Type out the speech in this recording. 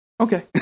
okay